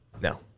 no